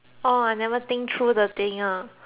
think through the thing ah